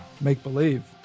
make-believe